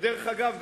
ודרך אגב,